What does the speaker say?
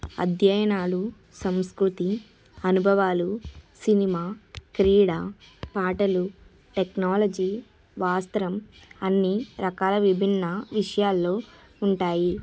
అధ్యయనాలు సంసృతి అనుభవాలు సినిమా క్రిడా పాటలు టెక్నాలజీ వాస్త్రం అన్ని రకాల విభిన్న విషయాలు ఉంటాయి